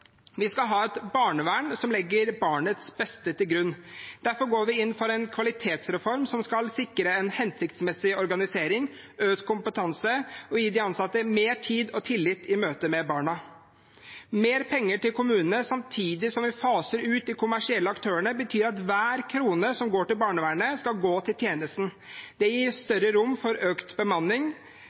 Vi skal ha et barnevern som legger barnets beste til grunn. Derfor går vi inn for en kvalitetsreform som skal sikre en hensiktsmessig organisering, økt kompetanse og gi de ansatte mer tid og tillit i møte med barna. Mer penger til kommunene, samtidig som vi faser ut de kommersielle aktørene, betyr at hver krone som går til barnevernet, skal gå til tjenesten. Det gir større rom for økt bemanning,